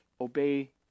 obey